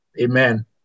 amen